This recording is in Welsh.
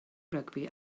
rygbi